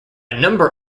number